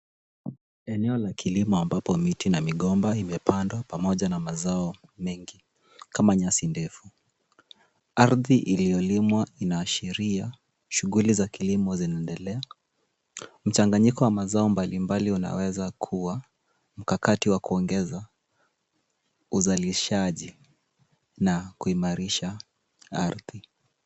Eneo la kilimo ambapo miti na migomba imepandwa pamoja na mazao mengi, kama nyasi ndefu, ardhi iliyolimwa inaashiria shughuli za kilimo zinaendelea, Mchanganyiko wa mazao mbalimbali unaweza kuwa mkakati wa kuongeza, uzalishaji, na kuimarisha ardhi.